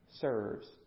serves